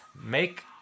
make